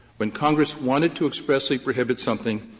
when congress wanted to expressly prohibit something,